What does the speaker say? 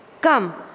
come